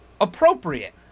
appropriate